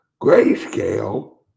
Grayscale